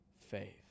faith